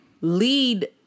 lead